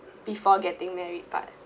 before getting married but